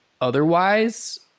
otherwise